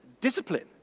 Discipline